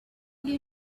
you